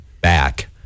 back